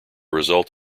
result